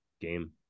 game